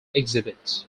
exhibit